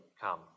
come